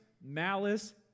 malice